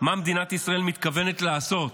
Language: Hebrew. מה מדינת ישראל מתכוונת לעשות